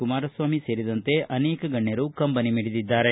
ಕುಮಾರಸ್ವಾಮಿ ಸೇರಿದಂತೆ ಅನೇಕ ಗಣ್ಣರು ಕಂಬನಿ ಮಿಡಿದಿದ್ದಾರೆ